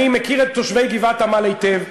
אני מכיר את תושבי גבעת-עמל היטב.